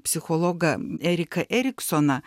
psichologą eriką eriksoną